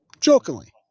jokingly